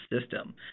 system